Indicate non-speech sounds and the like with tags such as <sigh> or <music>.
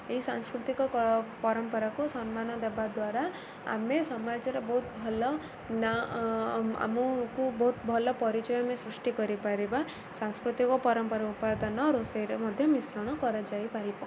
ଏହି ସାଂସ୍କୃତିକ ପରମ୍ପରାକୁ ସମ୍ମାନ ଦେବା ଦ୍ୱାରା ଆମେ ସମାଜରେ ବହୁତ ଭଲ ନାଁ <unintelligible> ଆମକୁ ବହୁତ ଭଲ ପରିଚୟ ଆମେ ସୃଷ୍ଟି କରିପାରିବା ସାଂସ୍କୃତିକ ପରମ୍ପରା ଉପାଦାନ ରୋଷେଇରେ ମଧ୍ୟ ମିଶ୍ରଣ କରାଯାଇପାରିବ